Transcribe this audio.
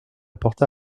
porta